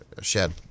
shed